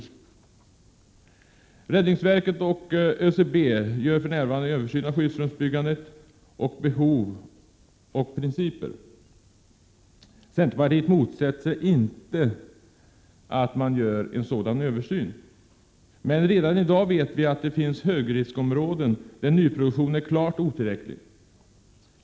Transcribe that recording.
Räddningsverket och ÖCB gör för närvarande en översyn av skyddsrums 39 Prot. 1987/88:131 byggandet, behov och principer. Centerpartiet motsätter sig inte detta. Redan i dag vet vi att det finns högriskområden, där nyproduktionen är klart otillräcklig.